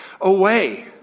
away